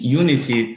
unity